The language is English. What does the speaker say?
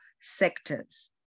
sectors